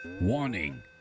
Warning